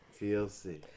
TLC